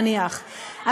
נניח,